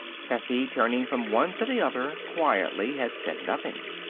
tessie, turning from one to the other quietly, had said nothing.